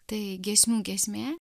tai giesmių giesmė